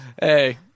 Hey